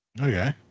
Okay